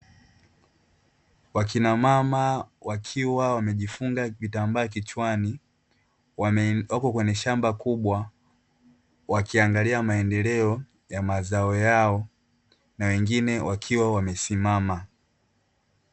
Wakina mama wakiwa wamejifunga kitambaa kichwani, wako kwenye shamba kubwa wakiangalia maendeleo ya mazao yao na wengine wakiwa wamesimama.